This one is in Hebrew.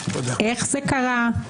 איך זה קרה.